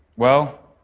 well,